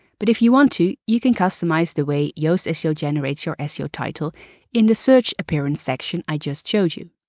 but if you want to, you can customize the way yoast seo generates your seo title in the search appearance section i just showed you.